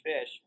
fish